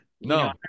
No